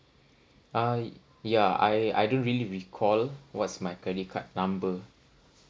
ah ya I I don't really recall what's my credit card number